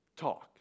talk